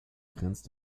grenzt